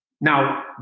Now